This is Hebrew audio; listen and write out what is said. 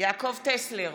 יעקב טסלר,